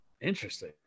interesting